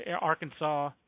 Arkansas